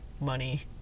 money